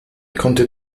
konnte